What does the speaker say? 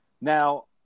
Now